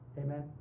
amen